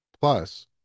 Plus